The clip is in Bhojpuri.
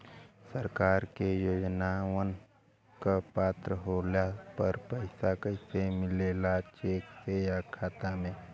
सरकार के योजनावन क पात्र होले पर पैसा कइसे मिले ला चेक से या खाता मे?